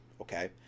okay